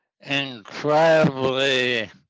incredibly